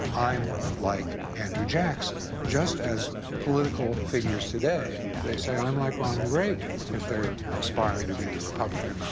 i'm like andrew jackson, just as political figures today, they say, i'm like ronald reagan, if they're aspiring to be the republican